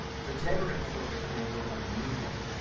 so today we're going to take a look at something a little unusual.